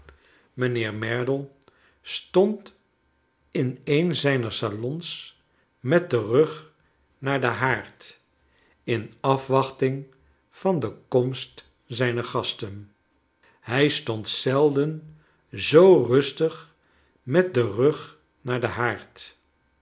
mijnheer merdle stond in een zijner salons met den rug naar den haard in afwachting van de komst zijner gasten hij stond zelden zoo rustig met den rug naar den haard